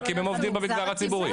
רק אם הם עובדים במגזר הציבורי.